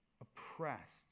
oppressed